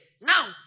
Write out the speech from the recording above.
Now